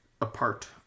apart